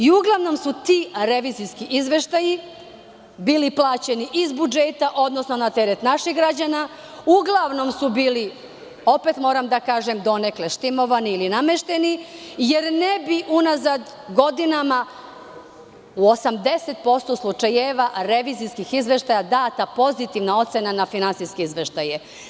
Uglavnom su ti revizijski izveštaji bili plaćeni iz budžeta, odnosno na teret naših građana, uglavnom su bili donekle štimovani ili namešteni, jer ne bi unazad godinama u 80% slučajeva revizijskih izveštaja data pozitivna ocena na finansijske izveštaje.